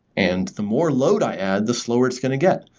and the more load i add, the slower it's going to get.